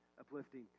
uplifting